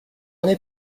n’est